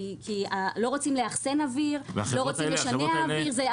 לא רוצים לאחסן אוויר, לא רוצים לשנע אוויר.